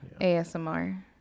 ASMR